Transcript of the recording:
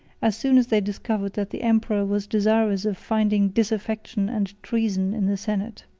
as soon as they discovered that the emperor was desirous of finding disaffection and treason in the senate.